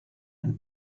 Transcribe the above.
and